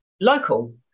local